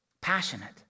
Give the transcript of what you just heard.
Passionate